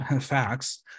facts